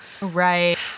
Right